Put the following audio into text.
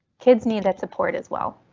kids need that support as well.